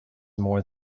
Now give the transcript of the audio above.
more